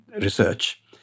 research